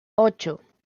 ocho